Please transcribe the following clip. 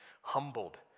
humbled